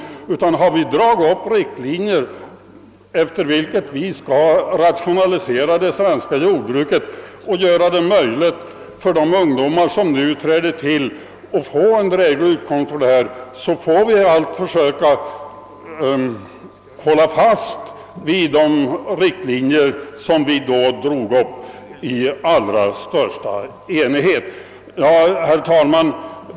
Har vi i allra största enighet dragit upp riktlinjer, efter vilka vi skall rationalisera det svenska jordbruket och göra det möjligt att ge de ungdomar som nu träder till att få en dräglig utkomst, får vi allt försöka hålla fast vid dem. Herr talman!